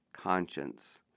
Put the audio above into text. conscience